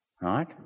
Right